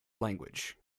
language